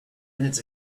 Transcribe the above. minutes